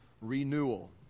renewal